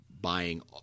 buying